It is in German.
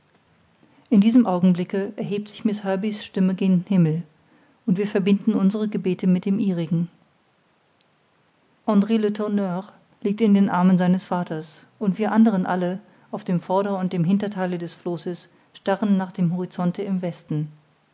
in diesem augenblicke erhebt sich miß herbey's stimme gen himmel und wir verbinden unsere gebete mit dem ihrigen andr letourneur liegt in den armen seines vaters und wir anderen alle auf dem vorder und dem hintertheile des flosses starren nach dem horizonte im westen